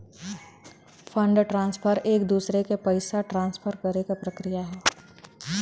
fund transfer एक दूसरे के पइसा ट्रांसफर करे क प्रक्रिया हौ